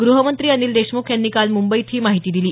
ग़हमंत्री अनिल देशमुख यांनी काल मुंबईत ही माहिती दिली